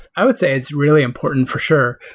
i would say it's really important for sure.